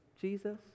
Jesus